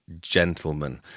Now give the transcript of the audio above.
gentlemen